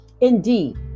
Indeed